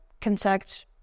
contact